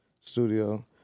studio